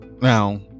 now